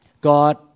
God